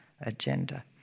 agenda